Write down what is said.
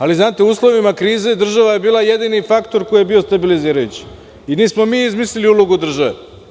Ali, znate u uslovima krize država je bila jedini faktor koji je bio stabilizirajući i nismo mi izmislili ulogu države.